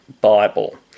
Bible